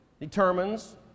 determines